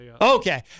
Okay